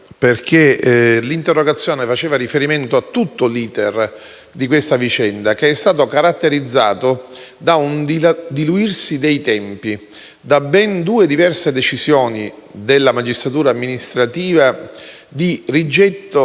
perché l'interrogazione faceva riferimento a tutto l'*iter* della vicenda esposta, che è stato caratterizzato da un diluirsi dei tempi, da ben due diverse decisioni della magistratura amministrativa di rigetto